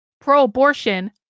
Pro-abortion